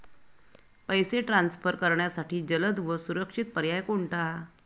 पैसे ट्रान्सफर करण्यासाठी जलद व सुरक्षित पर्याय कोणता?